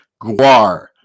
Guar